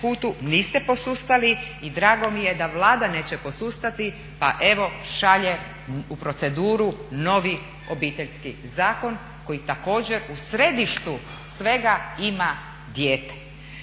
putu niste posustali i drago mi je da Vlada neće posustati pa evo šalje u proceduru novi Obiteljski zakon koji također u središtu svega ima dijete.